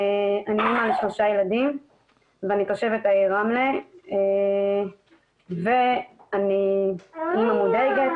אני אמא לשלושה ילדים ואני תושבת העיר רמלה ואני אמא מודאגת.